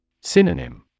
Synonym